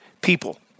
people